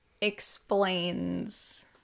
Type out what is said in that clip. explains